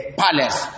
palace